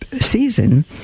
season